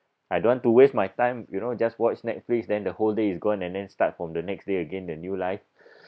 I don't want to waste my time you know just watch Netflix then the whole day is gone and then start from the next day again the new life